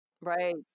right